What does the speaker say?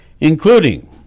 including